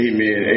Amen